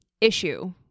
issue